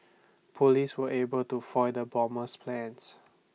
Police were able to foil the bomber's plans